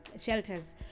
shelters